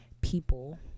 people